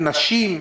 נשים,